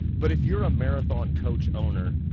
but if you're a marathon coach owner,